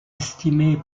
estimé